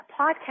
podcast